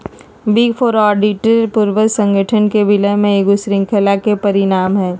big four auditor पूर्वज संगठन के विलय के ईगो श्रृंखला के परिणाम हइ